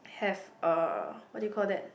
have a what do you call that